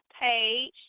page